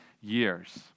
years